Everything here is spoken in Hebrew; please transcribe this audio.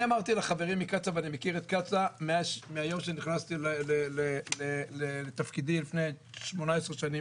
אני מכיר את קצא"א מהיום שנכנסתי לתפקידי לפני 18 שנים.